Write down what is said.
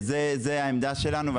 זוהי העמדה שלנו.